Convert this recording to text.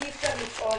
כי אי-אפשר לפעול,